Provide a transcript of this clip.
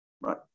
right